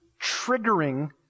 triggering